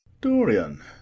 Dorian